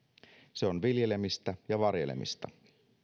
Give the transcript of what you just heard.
se on viljelemistä ja varjelemista